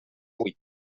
huit